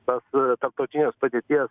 tas tarptautinės padėties